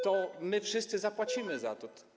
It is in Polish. To my wszyscy zapłacimy za to.